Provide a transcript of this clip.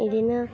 बिदिनो